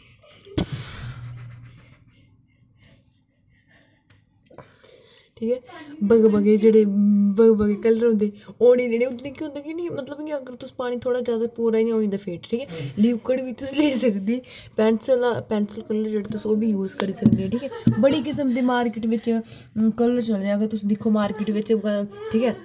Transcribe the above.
ठीक ऐ बगे बगे जेहडे़ बगे बगे कलर होंदे ओह् नेई लेने उ'नेंगी के होंदा कि नी मतलब इयां तुस पानी पूरा होई जंदा ठीक ऐ लयुकड बी तुस लेई सकदे पैन्सलां कलर जेहडे़ तुस ओह्बी यूज करी सकदे हो ठीक ऐ बड़ी किस्म दे मार्किट बिच कलर चले दे अगर तुस दिक्खो मार्किट बिच ठीक ऐ